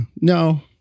No